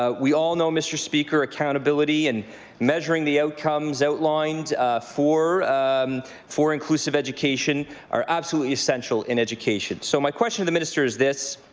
ah we all know, mr. speaker, accountability and measuring the outcomes outlined for for inclusive education are absolutely essential in education. so my question to the minister is this.